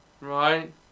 Right